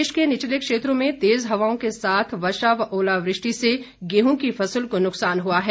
प्रदेश के निचले क्षेत्रों में तेज हवाओं के साथ वर्षा व ओलावृष्टि से गेंहूं की फसल को नुकसान हुआ है